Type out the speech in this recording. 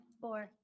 Four